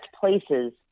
places